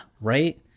right